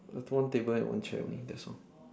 a one table and one chair only that's all